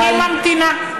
אני ממתינה.